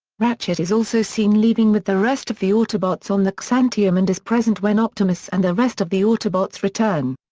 ratchet is also seen leaving with the rest of the autobots on the xantium and is present when optimus and the rest of the autobots return.